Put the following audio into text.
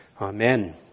Amen